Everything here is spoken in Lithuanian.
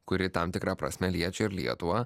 kuri tam tikra prasme liečia ir lietuvą